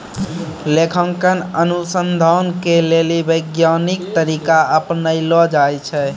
लेखांकन अनुसन्धान के लेली वैज्ञानिक तरीका अपनैलो जाय छै